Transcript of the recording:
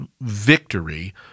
victory